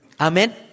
Amen